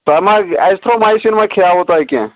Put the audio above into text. تۄہہِ ما ایٚزتھرٛومایسِن ما کھیٛاوٕ تۄہہِ کیٚنٛہہ